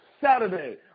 Saturday